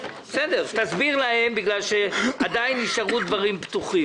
תסביר להם כי עדיין נשארו דברים פתוחים.